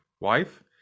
wife